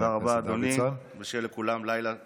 תודה רבה, אדוני, ושיהיה לכולם לילה נפלא.